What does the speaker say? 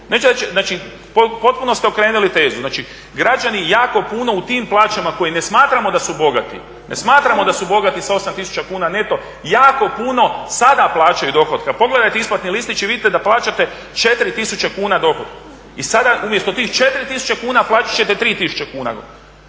Znači potpuno ste okrenuli tezu, znači građani jako puno u tim plaćama, koje ne smatramo da su bogati, ne smatramo da su bogati sa 8 tisuća kuna neto, jako puno sada plaćaju dohotka, pogledajte isplatni listić i vidite da plaćate 4 tisuće kuna dohotka. I sada umjesto tih 4 tisuće kuna plaćat ćete 3 tisuće.